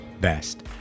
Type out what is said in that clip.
best